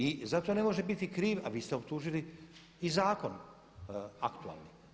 I zato ne može biti kriv, a vi ste optužili i zakon aktualni.